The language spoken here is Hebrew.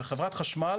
וחברת חשמל